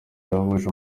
ahuje